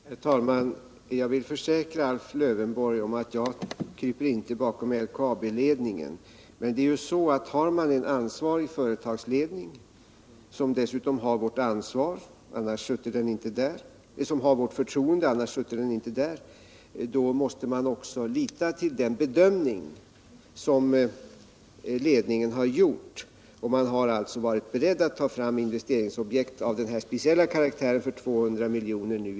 Herr talman! Jag vill försäkra Alf Lövenborg att jag inte kryper bakom LKAB-ledningen. Men har vi en ansvarig företagsledning som dessutom har vårt förtroende — annars sutte den inte där — måste vi också lita till den bedömning som ledningen har gjort. Man har alltså varit beredd att ta fram investeringsobjekt av den här speciella karaktären för 200 miljoner nu.